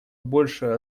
большая